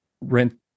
rent